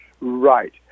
Right